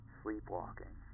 sleepwalking